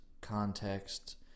context